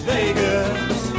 Vegas